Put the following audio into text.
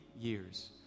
years